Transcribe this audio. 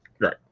Right